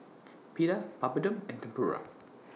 Pita Papadum and Tempura